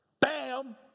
bam